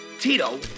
Tito